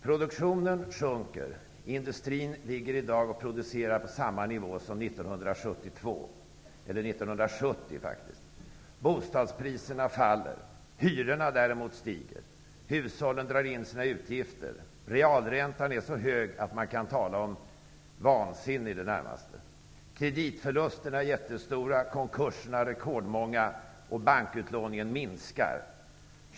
Produktionen sjunker, och industrins produktion ligger i dag på samma nivå som år 1970. Bostadspriserna faller, medan hyrorna däremot stiger. Hushållen drar in på sina utgifter. Realräntan är så hög att man i det närmaste kan tala om vansinne. Kreditförlusterna är jättestora, konkurserna rekordmånga, och bankutlåningen minskar.